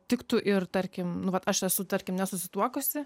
tiktų ir tarkim nu vat aš esu tarkim nesusituokusi